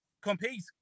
compete